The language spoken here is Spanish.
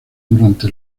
durante